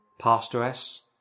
pastoress